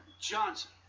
Johnson